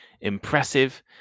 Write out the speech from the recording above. impressive